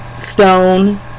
stone